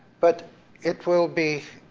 but it will be